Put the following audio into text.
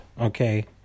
Okay